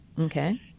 okay